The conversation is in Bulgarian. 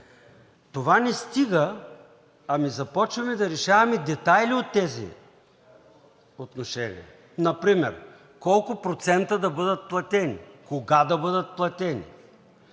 това не стига, ами започваме да решаваме детайли от тези отношения. Например колко процента да бъдат платени, кога да бъдат платени,